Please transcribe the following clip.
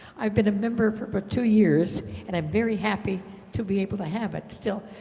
i've been a member for but two years and i'm very happy to be able to have it still.